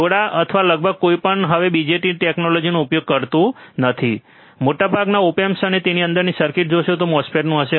થોડા અથવા લગભગ કોઈ પણ હવે BJT ટેક્નોલોજીનો ઉપયોગ કરતું નથી મોટાભાગના ઓપ એમ્પ તમે તેની અંદરની સર્કિટ જોશો તે મોસ્ફેટનું હશે